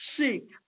Seek